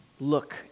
look